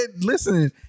Listen